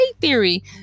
theory